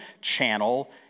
channel